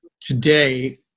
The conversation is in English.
today